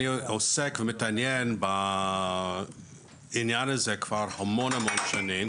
אני עוסק ומתעניין בעניין הזה כבר המון המון שנים,